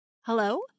Hello